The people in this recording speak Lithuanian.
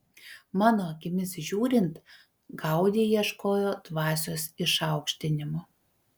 mano akimis žiūrint gaudi ieškojo dvasios išaukštinimo